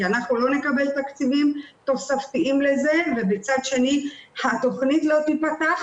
כי אנחנו לא נקבל תקציבים תוספתיים לזה ומצד שני התכנית לא תיפתח,